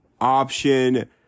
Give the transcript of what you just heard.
option